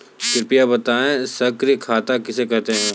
कृपया बताएँ सक्रिय खाता किसे कहते हैं?